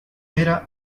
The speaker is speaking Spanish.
era